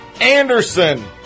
Anderson